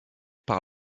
par